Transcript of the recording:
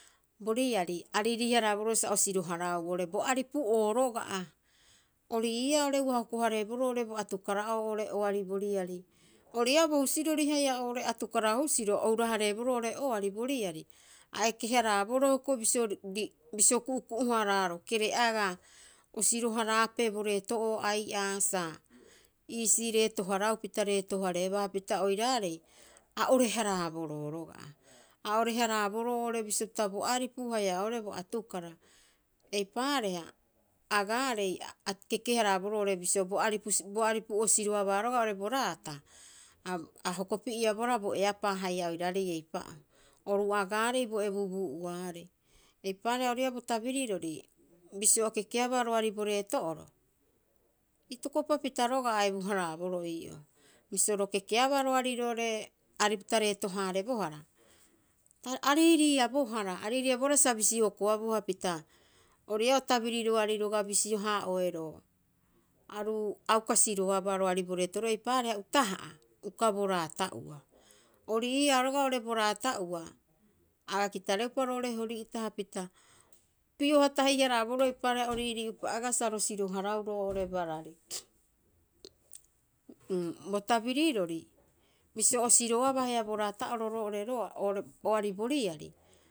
Bo riari ariiri- haraboro sa o siro- haraa oo'ore bo aripu'oo roga'a. Ori ii''aa oo'ore ua ko- hareeboroo oo'ore bo atukara'oo oo'ore oari boriari. Ori ii'aa bo husurori haia oo'ore atukara husiro, a hura- hareeboroo oo'ore oari bo riari, a eke- haraa boroo. Hioko'i bisio ku'uku'u- haararoo, kere'agaa, o siro- haraape bo reeto'oo ai'aa sa, iisii reeto- haraau pita reeto- hareebaa. Hapita oiraarei, a ore- haraaboroo roga'a, a ore- haraaboroo oo'ore bisio pita bo aripu haia oo'ore bo atukara. Eipaareha agaarei a keke- haraaboroo oo'ore bisio bo aripu, bo aripu'oo siroabaa roga'a oo'ore bo raata, ha hokopieabohara bo eapaa haia oiraarei eipa'oo. Oru agaarei bo ebubuu'uaarei, eipaareha ori ii'a bo tabirirori bisio o kekeabaa roari bo reeto'oro, itokopapita roga'a a ebu- haraaboroo ii'oo. Bisio ro kekeabaa roari roo'ore, aripupita reeto- haarebohara, a riiriiabohara, a riiriiabohara sa bisi hokoaboo, hapita ori'ii'a o tabiriroarei roga'a bisio- haa'oeroo, aru a uka siroabaa roari bo reetoro'oro eipaareha utaha'a, uka bo raata'ua. Ori ii'aa roga'a oo'ore bo raata'ua, a aga kitareupa roo'ore Hori'ita, hapita pioha tahi- haraaboroo, eipaareha oriirii'upa agaa sa ro siro- haraau roo'ore barari. Uu, bo tabirirori, bisio o siroabaa haia bo raata'oro roo'ore roari, oo'ore oari boriari